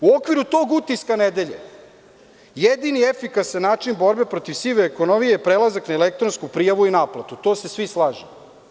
U okviru tog utiska nedelje jedini efikasan način borbe protiv sive ekonomije je prelazak na elektronsku prijavu i naplatu, tu se svi slažemo.